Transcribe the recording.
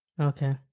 Okay